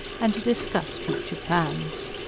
and to discuss future plans.